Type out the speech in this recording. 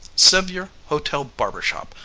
sevier hotel barber-shop,